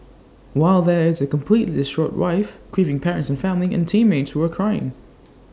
while there is A completely distraught wife grieving parents and family and teammates who are crying